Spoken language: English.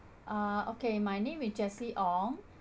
uh okay my name is jesse ong